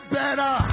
better